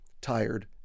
tired